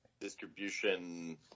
distribution